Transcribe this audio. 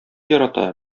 ярата